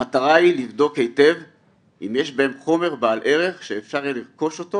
המטרה היא לבדוק היטב אם יש בהם חומר בעל ערך שאפשר יהיה לרכוש אותו